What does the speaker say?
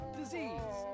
disease